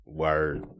word